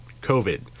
COVID